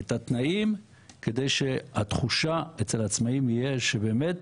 את התנאים כדי שהתחושה אצל העצמאים תהיה שבאמת